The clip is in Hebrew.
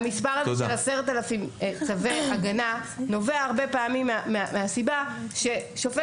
המספר הזה של 10,000 צווי הגנה נובע הרבה פעמים מהסיבה ששופט